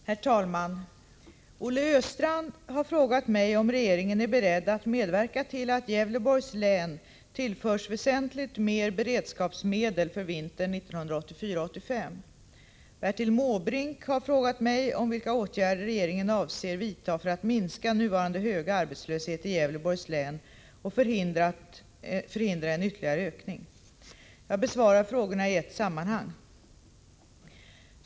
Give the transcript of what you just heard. Herr talman! Olle Östrand har frågat mig om regeringen är beredd att medverka till att Gävleborgs län tillförs väsentligt mer beredskapsmedel för vintern 1984-1985. Jag besvarar interpellationen och frågan i ett sammanhang.